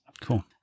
cool